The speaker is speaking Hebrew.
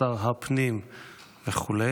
שר ה-פנים וכו',